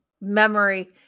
memory